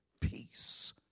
peace